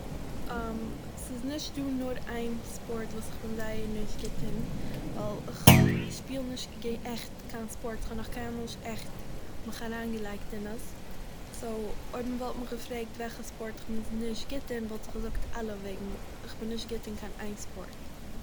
ס'איז נישט דא נאר איין ספארט וואס איך בין נישט גוט אין, ווייל כ'ק- שפיל נישט קיי- עכט ספארטס, כ'האב נאך קיינמאל נישט עכט מיך אריינגעלייגט אין עס, סו, אויב מ'וואלט מיך געפרעגט אין וועלכע ספארט איך בין נישט גוט אין וואלט איך געזאגט "אלע" וועגן איך בין נישט גוט אין קיין איין ספארט